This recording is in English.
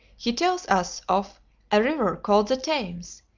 he tells us of a river called the thames,